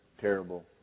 terrible